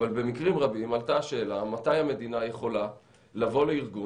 במקרים רבים עלתה השאלה מתי המדינה יכולה לבוא לארגון